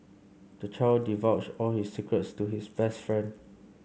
the child divulged all his secrets to his best friend